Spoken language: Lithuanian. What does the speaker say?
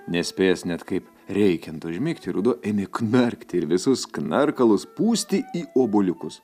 nespėjęs net kaip reikiant užmigti ruduo ėmė knarkti ir visus knarkalus pūsti į obuoliukus